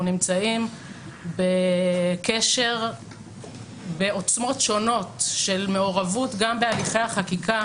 נמצאים בקשר בעוצמות שונות של מעורבות בהליכי החקיקה